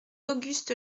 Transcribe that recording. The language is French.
auguste